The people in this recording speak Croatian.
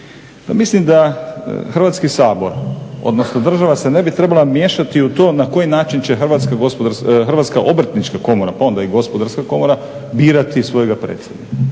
mislim da Hrvatski sabor odnosno država se ne bi trebala miješati u tom na koji će način HGK-a pa onda i Gospodarska komora birati svojega predstavnika.